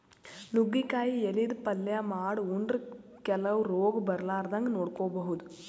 ನುಗ್ಗಿಕಾಯಿ ಎಲಿದ್ ಪಲ್ಯ ಮಾಡ್ ಉಂಡ್ರ ಕೆಲವ್ ರೋಗ್ ಬರಲಾರದಂಗ್ ನೋಡ್ಕೊಬಹುದ್